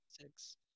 Six